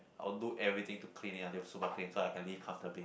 I would do everything to clean it until super clean so I can live comfortably